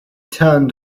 turned